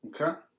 Okay